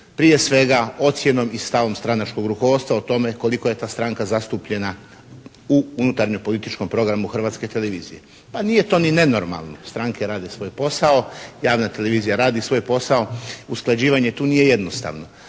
prije svega ocjenom i stavom stranačkog rukovodstva o tome koliko je ta stranka zastupljena u unutarnjem političkom programu Hrvatske televizije. Pa nije to ni nenormalno. Stranke rade svoj posao, javna televizija radi svoj posao, usklađivanje tu nije jednostavno.